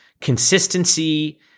consistency